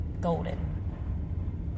golden